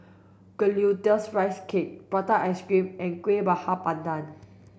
glutinous rice cake prata ice cream and Kueh Bakar Pandan